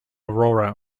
aurora